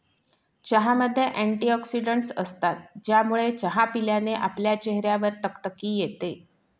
चहामध्ये अँटीऑक्सिडन्टस असतात, ज्यामुळे चहा प्यायल्याने आपल्या चेहऱ्यावर तकतकी येते